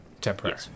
temporary